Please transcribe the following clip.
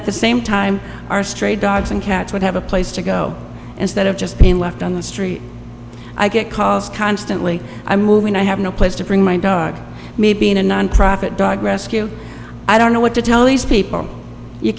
at the same time our stray dogs and cats would have a place to go instead of just being left on the street i get calls constantly i'm moving i have no place to bring my dog maybe in a nonprofit dog rescue i don't know what to tell these people you